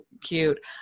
cute